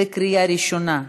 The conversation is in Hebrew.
בקריאה ראשונה.